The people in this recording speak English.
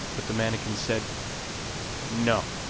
but the manikin said no,